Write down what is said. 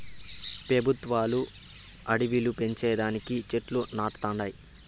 పెబుత్వాలు అడివిలు పెంచే దానికి చెట్లు నాటతండాయి